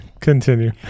Continue